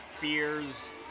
Beer's